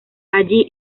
allí